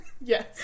Yes